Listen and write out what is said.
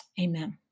Amen